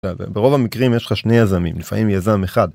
‫ברוב המקרים יש לך שני יזמים, ‫לפעמים יזם אחד.